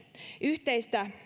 yhteistä